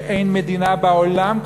שאין מדינה בעולם,